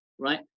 Right